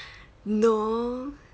no